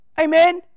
Amen